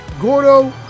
Gordo